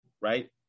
right